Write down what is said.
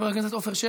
חבר הכנסת אלי אלאלוף,